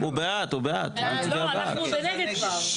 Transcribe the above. אני מבקש דבר אחד,